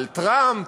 על טראמפ.